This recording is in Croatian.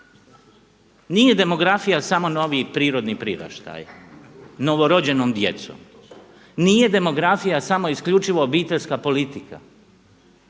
Nije demografija samo noviji prirodni priraštaj novorođenom djecom, nije demografija samo isključivo obiteljska politika,